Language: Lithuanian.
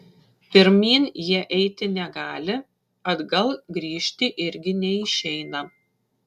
pirmyn jie eiti negali atgal grįžti irgi neišeina